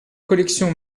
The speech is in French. collections